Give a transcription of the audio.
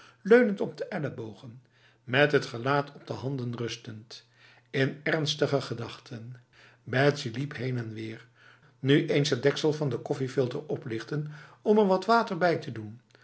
leunend op de ellebogen met het gelaat op de handen rustend in ernstige gedachten betsy liep heen en weer nu eens het deksel van de koffiefilter oplichtend om er wat water bij te doen